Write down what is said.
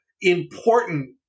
important